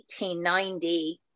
1890